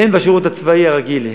הן בשירות הצבאי הרגיל,